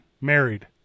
married